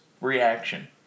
reaction